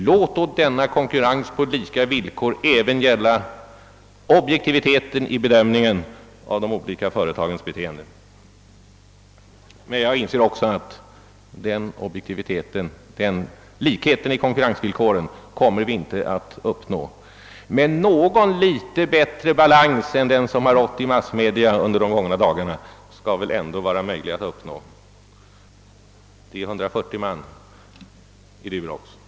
Låt då denna konkurrens på lika villkor gälla även objektiviteten i bedömningen av de olika företagens beteende! Jag inser emellertid samtidigt att den objektiviteten, den likheten i konkurrensvillkoren kommer vi inte att uppnå. Något bättre balans än den som rått i massmedierna under de gångna dagarna borde dock vara möjlig att uppnå. I Duroxbolaget gäller friställningarna 140 man.